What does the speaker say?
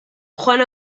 joan